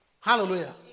Hallelujah